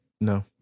no